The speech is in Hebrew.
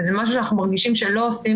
זה משהו שאנחנו מרגישים שלא עושים